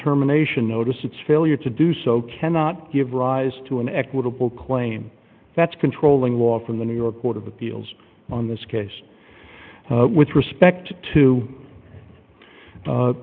terminations notice its failure to do so cannot give rise to an equitable claim that's controlling law from the new york court of appeals on this case with respect to